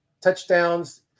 touchdowns